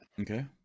Okay